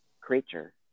creature